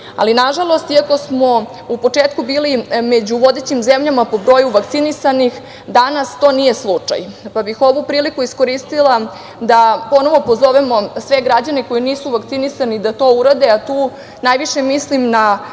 Nažalost i ako smo u početku bili među vodećim zemljama po broju vakcinisanih, danas to nije slučaj, pa bih ovu priliku iskoristila da ponovo pozovemo sve građane koji nisu vakcinisani da to urade, a tu najviše mislim na